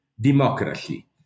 democracy